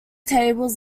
tables